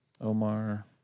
Omar